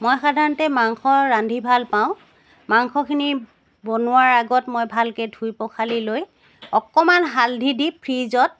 মই সাধাৰণতে মাংস ৰান্ধি ভাল পাওঁ মাংসখিনি বনোৱাৰ আগত মই ভালকৈ ধুই পখালি লৈ অকণমান হালধি দি ফ্ৰিজত